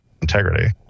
integrity